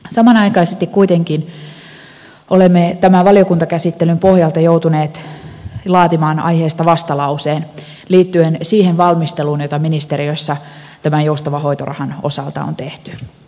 samanaikaisesti kuitenkin olemme tämän valiokuntakäsittelyn pohjalta joutuneet laatimaan aiheesta vastalauseen liittyen siihen valmisteluun jota ministeriössä tämän joustavan hoitorahan osalta on tehty